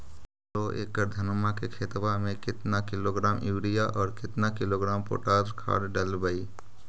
दो एकड़ धनमा के खेतबा में केतना किलोग्राम युरिया और केतना किलोग्राम पोटास खाद डलबई?